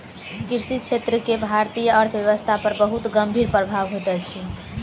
कृषि क्षेत्र के भारतीय अर्थव्यवस्था पर बहुत गंभीर प्रभाव होइत अछि